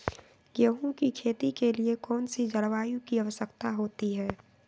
गेंहू की खेती के लिए कौन सी जलवायु की आवश्यकता होती है?